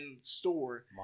store